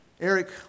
Eric